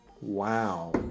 Wow